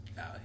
out